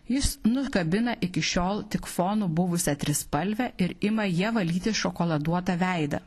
jis nukabina iki šiol tik fonu buvusią trispalvę ir ima ja valyti šokoladuotą veidą